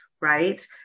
right